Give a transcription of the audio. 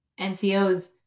NCOs